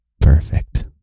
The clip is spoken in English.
perfect